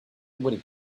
would